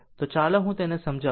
તો ચાલો હું તેને સમજાવું